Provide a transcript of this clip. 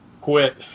Quit